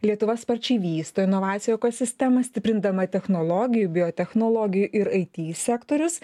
lietuva sparčiai vysto inovacijų ekosistemą stiprindama technologijų biotechnologijų ir it sektorius